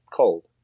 cold